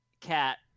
cat